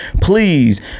Please